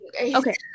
okay